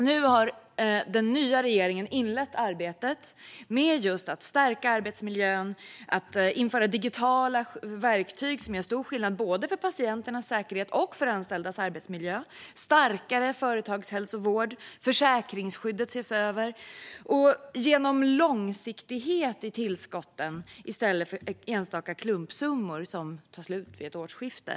Nu har den nya regeringen inlett arbetet med att stärka arbetsmiljön. Man inför digitala verktyg som gör stor skillnad både för patienternas säkerhet och för de anställdas arbetsmiljö. Det blir starkare företagshälsovård och försäkringsskydd. Det blir långsiktighet i tillskotten i stället för enstaka klumpsummor som tar slut vid årsskiftet.